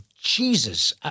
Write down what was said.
Jesus